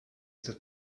that